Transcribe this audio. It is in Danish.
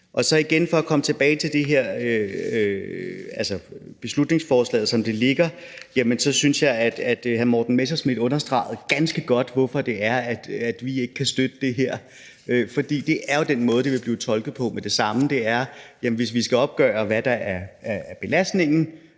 af. Så igen for at komme tilbage til det her beslutningsforslag, som det ligger her, vil jeg sige, jeg synes, hr. Morten Messerschmidt understregede ganske godt, hvorfor det er, vi ikke kan støtte det her, og det er, at den måde, det vil blive tolket på med det samme, er, at hvis vi skal opgøre, hvad der er belastningen